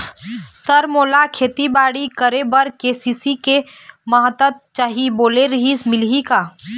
Sir मोला खेतीबाड़ी करेबर के.सी.सी के मंदत चाही बोले रीहिस मिलही का?